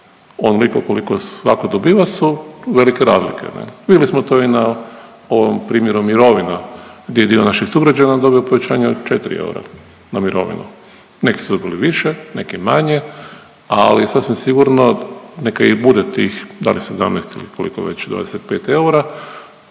onoliko koliko svatko dobiva su velike razlike. Vidjeli smo to i na ovom primjeru mirovina gdje je dio naših sugrađana dobio povećanje od 4 eura na mirovinu. Neki su dobili više, neki manje. Ali sasvim sigurno neka ih bude tih da li 17 ili koliko već 25 eura.